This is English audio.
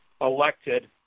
elected